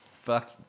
Fuck